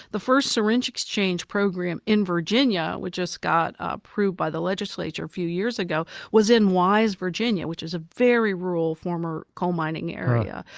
the first syringe exchange program in virginia, which just got approved by the legislature a few years ago, was in wise, virginia, which is a very rural, former coal mining area,